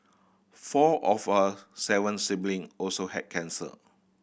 four of her seven sibling also had cancer